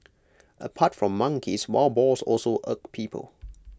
apart from monkeys wild boars also irk people